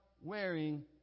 wearing